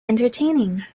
entertaining